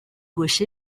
gwech